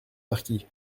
marquis